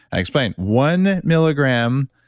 i explain one milligram,